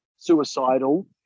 suicidal